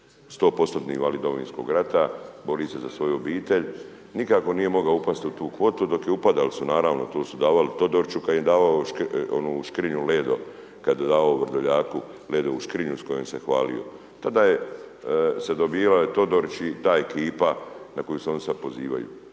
100% invalid Domovinskog rata, bori se za svoju obitelj, nikako nije mogao upast u tu kvotu, dok upadali su naravno tu su davali Todoriću kad im je davao škrinju onu škrinju Ledo, kad je davao Vrdoljaku ledovu škrinju s kojom se hvalio. Tada je se dobivale Todorić i ta ekipa na koju se oni sad pozivaju.